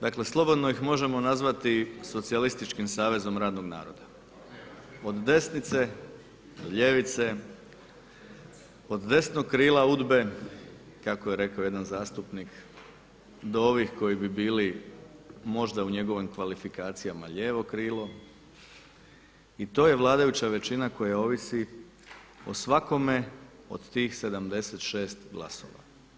Dakle slobodno ih možemo nazvati socijalističkim savezom radnog naroda, od desnice, do ljevice, od desnog krila UDBA-e kako je jedan zastupnik do ovih koji bi bili možda u njegovim kvalifikacijama lijevo krilo i to je vladajuća većina koja ovisi o svakome od tih 76 glasova.